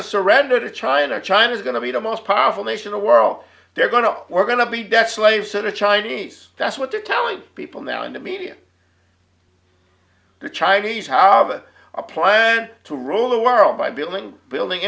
to surrender to china china's going to be the most powerful nation the world they're going to we're going to be debt slaves to the chinese that's what they're telling people now in the media the chinese have a plan to rule the world by building building